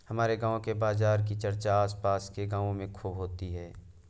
हमारे गांव के बाजार की चर्चा आस पास के गावों में खूब होती हैं